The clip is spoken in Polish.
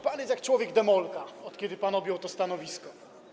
Pan jest jak człowiek demolka, od kiedy objął pan to stanowisko.